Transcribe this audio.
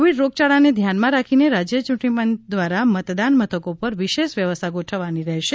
Covid રોગયાળાને ધ્યાનમાં રાખીને રાજ્ય ચૂંટણી પંચ દ્વારા મતદાન મથકો પર વિશેષ વ્યવસ્થા ગોઠવવાની રહેશે